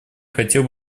хотел